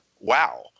wow